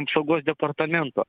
apsaugos departamento